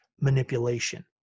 manipulation